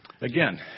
Again